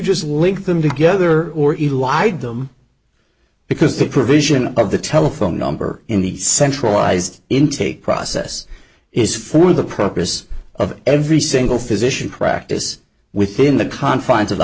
just link them together or even wide them because the provision of the telephone number in the centralized intake process is for the purpose of every single physician practice within the confines of the